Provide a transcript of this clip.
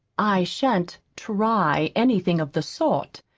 i shan't try anything of the sort.